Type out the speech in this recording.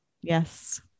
Yes